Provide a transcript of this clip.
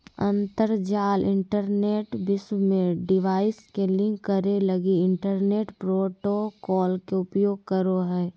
अंतरजाल इंटरनेट विश्व में डिवाइस के लिंक करे लगी इंटरनेट प्रोटोकॉल के उपयोग करो हइ